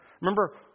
Remember